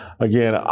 Again